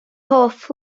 hoff